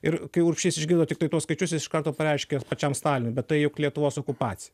ir kai urbšys išgirdo tiktai tuos skaičius jis iš karto pareiškė pačiam stalinui bet tai juk lietuvos okupacija